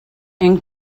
and